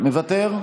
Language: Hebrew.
מוותר.